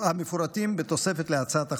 המפורטים בתוספת להצעת החוק,